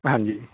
ਹਾਂਜੀ ਜੀ